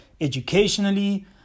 educationally